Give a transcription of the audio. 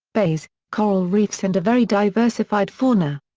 bays, coral reefs and a very diversified fauna.